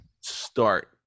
start